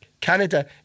Canada